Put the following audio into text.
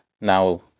Now